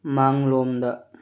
ꯃꯥꯡꯂꯣꯝꯗ